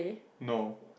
no